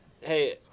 Hey